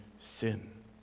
sin